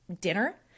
dinner